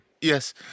yes